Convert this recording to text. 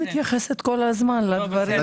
אני מתייחסת כל הזמן לדברים.